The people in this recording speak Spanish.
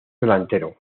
delantero